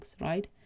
right